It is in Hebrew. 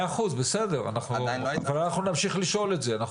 בסדר, אנחנו נמשיך לשאול את זה.